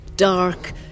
dark